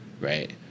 right